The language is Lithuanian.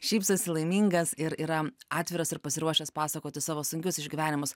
šypsosi laimingas ir yra atviras ir pasiruošęs pasakoti savo sunkius išgyvenimus